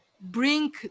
bring